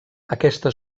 aquesta